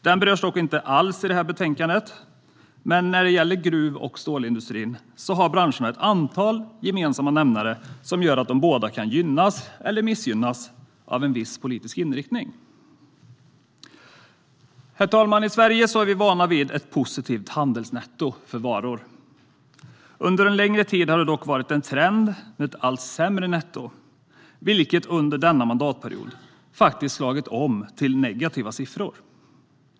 Den berörs dock inte alls i detta betänkande, men när det gäller gruv och stålindustrin har branscherna ett antal gemensamma nämnare som gör att de båda kan gynnas eller missgynnas av en viss politisk inriktning. Herr talman! I Sverige är vi vana vid ett positivt handelsnetto för varor. Under en längre tid har det dock varit en trend med ett allt sämre netto, vilket under denna mandatperiod faktiskt slagit om till negativa siffror.